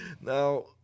Now